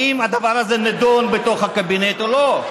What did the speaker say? האם הדבר הזה נדון בתוך הקבינט או לא?